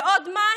ועוד מה?